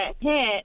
hit